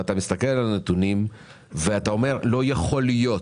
ואתה מסתכל על הנתונים ואומר לא יכול להיות